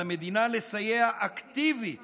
על המדינה לסייע אקטיבית